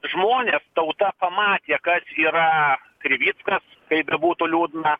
žmonės tauta pamatė kas yra krivickas kaip bebūtų liūdna